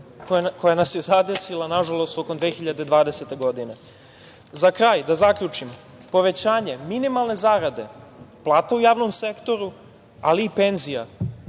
koja nas je zadesila, nažalost, tokom 2020. godine.Za kraj da zaključim, povećanje minimalne zarade, plate u javnom sektoru, ali i penzije